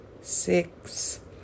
six